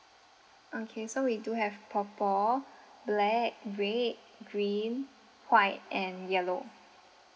okay so we do have purple black red green white and yellow